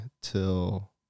till